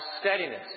steadiness